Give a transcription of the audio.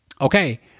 okay